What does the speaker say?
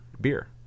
beer